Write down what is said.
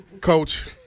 Coach